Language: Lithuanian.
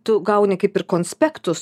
tu gauni kaip ir konspektus